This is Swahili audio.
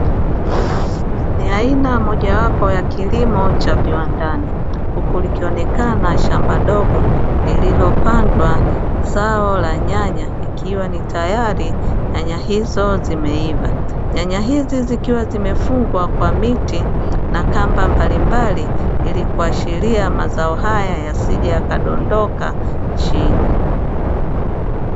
Ni aina mojawapo ya kilimo cha viwandani, huku likionekana shamba dogo lililopandwa zao la nyanya ikiwa ni tayari nyanya hizo zimeiva. Nyanya hizi zikiwa zimefungwa kwa miti na kamba mbalimbali, ili kuashiria mazao haya yasije yakadondoka chini.